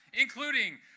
including